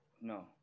no